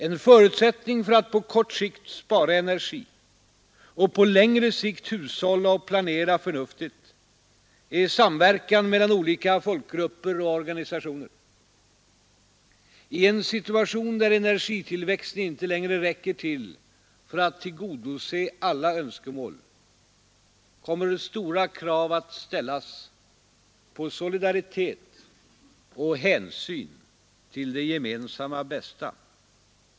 En förutsättning för att på kort sikt spara energi, och på längre sikt hushålla och planera förnuftigt, är samverkan mellan olika folkgrupper och organisationer. I en situation där energitillväxten inte längre räcker till för att tillgodose alla önskemål, kommer stora krav att ställas på solidaritet och hänsyn till det gemensamma bästa.